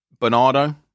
Bernardo